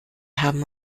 haben